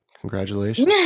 Congratulations